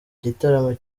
igitaramo